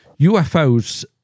UFOs